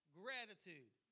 gratitude